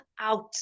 out